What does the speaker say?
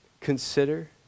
consider